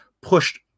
pushed